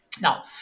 Now